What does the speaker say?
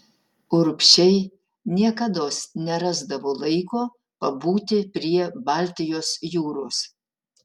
urbšiai niekados nerasdavo laiko pabūti prie baltijos jūros